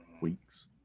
weeks